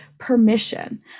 permission